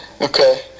Okay